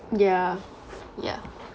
yeah yeah